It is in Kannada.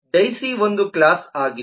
ಡೈಸಿ ಒಂದು ಕ್ಲಾಸ್ ಆಗಿದೆ